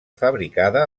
fabricada